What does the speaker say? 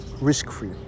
risk-free